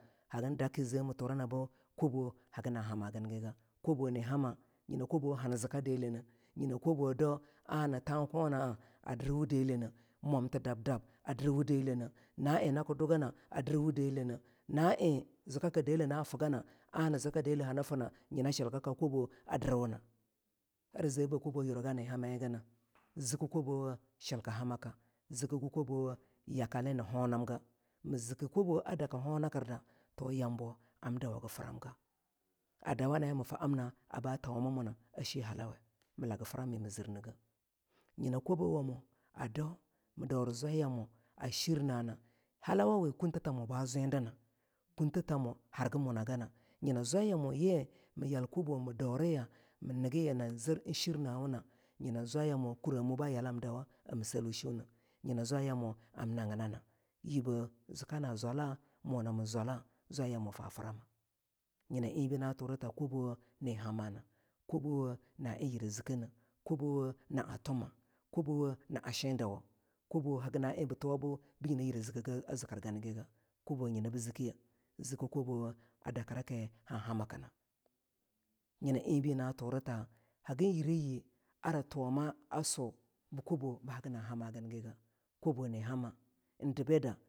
hagir dagi bentiturama ni hama kobo a han zika deleh ne nyina kobo daw ana tan kona a dirwu deleh ne. na en haki dugana a dirwudelenhne na en na en zika ka deleh, ar gimuna nafigana sns hsns fins nyins shika ka koba dirwuno ara zebi be kobo yura gii na hamagina ziki kobo a shilki hamaka hagi yakali nii honanga mi ziki kobo a daki hanakirda ham dawagi framga adawa naeh mi fi amnina a tawa ma muna a shii halawe. nyina kobo wa mo a dau mi dauri zwayamo a shirna nah. halawe kuntamo ba zwe dina kuntamo gana nyina zwayamo yii mu yalkobo mu dauriya mii nigiya nan zir en shirnawuna nyina ye ba yala hamdawa amasalki shuneh nyina zwayamo amna ginana. yibe zika na zwala mu nama zwala zwayamu fa frama nyina enbe na turata kobo na en yire zikene.kobowa naa tumah na a shi dawa kobowa hagin na en bii tuwa bu gii na en yire zike ginige kobo nyina bii zikiyeh. ziki kobowa a dakira kii han hama kina nyina en bi na turu ta hagin yire yii hagina ziki kobo ganigeh. nyina shimbu nyi ni nagimba ar bi hadina. mi zire shibata tamu shoma shiyalaki bana dawumiyi na dembeh me yaramaga zikirgina nyina en hagi nanfirgana haginyireyi ha save a tuwa bu ba bigi nii hama giniga hagin yireyi ha swo a tuwa bu baa hagin frama nyiginigeh shibatu wa nii ziki shibatina we yire hani danga bu a yuma yina nyina en hargimirna mir zibgi hani daura shibinyi ba zir ni honana. honam ana diruw a zikir wuro we bine kwala en kabra bi naba su kwam nab fii foha nyina bu nab yuri bi nab tubumyibu kwanba anabi foh a en kwala na daw kabrina na bi anabi gan ba yikinne shiye maginna daudi na ba kwala en kabra nab baga nab arbin dike bi kwanbo hagin frama yina ginagah haginbaa muna ga di burswawamuna hagin baa muna gade shibatatamo ye tako yab nab dwa. na bam bune. na bam buneh. showa mo zuwa yib beh bunne hagin yii hani shim na eni ga hagin baa muna ga.